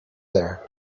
there